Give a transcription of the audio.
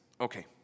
Okay